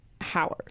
Howard